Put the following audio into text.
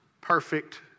perfect